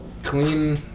Clean